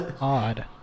odd